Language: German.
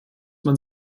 man